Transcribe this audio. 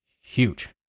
huge